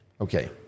Okay